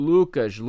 Lucas